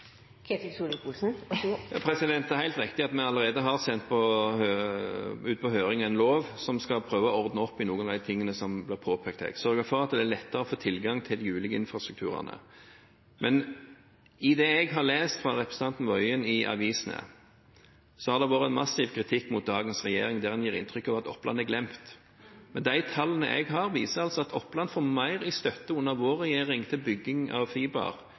Det er helt riktig at vi allerede har sendt ut på høring en lov som skal prøve å ordne opp i noe av det som blir påpekt her, sørge for at det blir lettere å få tilgang til de ulike infrastrukturene. Men i det jeg har lest fra representanten Tingelstad Wøien i avisene, har det vært massiv kritikk mot dagens regjering der en gir inntrykk av at Oppland er glemt. Men de tallene jeg har, viser altså at Oppland får mer i støtte under vår regjering til bygging av fiber